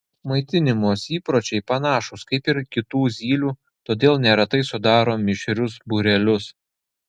maitinimosi įpročiai panašūs kaip ir kitų zylių todėl neretai sudaro mišrius būrelius